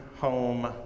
home